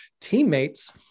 teammates